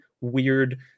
weird